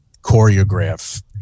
choreograph